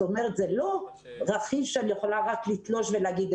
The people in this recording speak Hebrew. זאת אומרת זה לא רכיב שאני יכולה רק לתלוש ולהגיד,